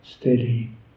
steady